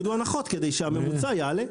בסדר, אז הם יורידו הנחות כדי שהממוצע יעלה.